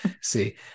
See